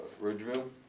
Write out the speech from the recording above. Ridgeville